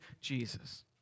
Jesus